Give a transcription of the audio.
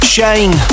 Shane